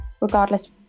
regardless